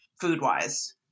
food-wise